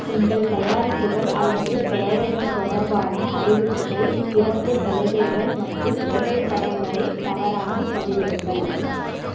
உங்கள் தயாரிப்புகள் அல்லது சேவைகள் தொடர்பான அறிவிப்புகள் சிறப்பு சலுகைகள் மற்றும் புகைப்படங்களைத் தவறாமல் பதிவிடுங்கள்